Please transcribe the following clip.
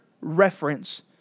reference